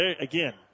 again